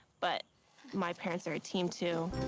but my parents are a team, too.